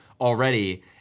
already